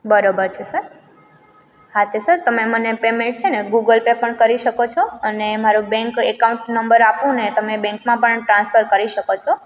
બરોબર છે સર હા તે સર તમે મને પેમેન્ટ છે ને ગૂગલ પે પણ કરી શકો છો અને મારું બેન્ક એકાઉન્ટ નંબર આપું ને તમે બેંકમાં પણ ટ્રાન્સફર કરી શકો છો